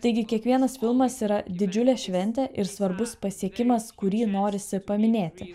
taigi kiekvienas filmas yra didžiulė šventė ir svarbus pasiekimas kurį norisi paminėti